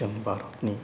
जोमबारनि